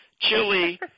chili